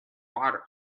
water